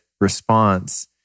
response